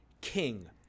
king